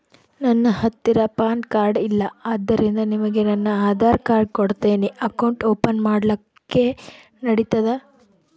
ನನ್ನ ಹತ್ತಿರ PAN card ಇಲ್ಲ ಆದ್ದರಿಂದ ನಿಮಗೆ ನನ್ನ ಆಧಾರ್ ಕಾರ್ಡ್ ಕೊಡ್ತೇನಿ ಅಕೌಂಟ್ ಓಪನ್ ಮಾಡ್ಲಿಕ್ಕೆ ನಡಿತದಾ?